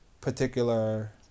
particular